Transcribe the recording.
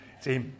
See